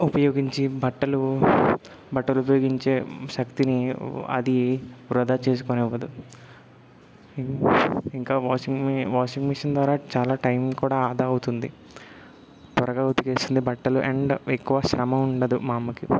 ఉపయోగించి బట్టలు బట్టలు ఉపయోగించే శక్తిని అది వృధా చేసుకొనివ్వదు ఇంకా వాషింగ్ మి వాషింగ్ మిషన్ ద్వారా చాలా టైం కూడా ఆదా అవుతుంది త్వరగా ఉతికేస్తుంది బట్టలు అండ్ ఎక్కువ శ్రమ ఉండదు మా అమ్మకి